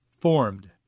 formed